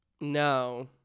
No